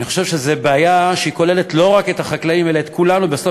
אני חושב שזאת בעיה שכוללת לא רק את החקלאים אלא את כולנו בסוף,